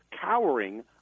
cowering